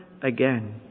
again